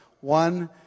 one